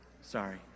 sorry